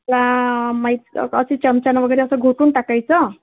या असं चमच्यानं वगैरे असं घोटून टाकायचं